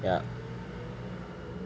ya